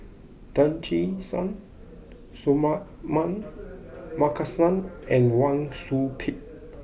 Tan Che Sang Suratman Markasan and Wang Sui Pick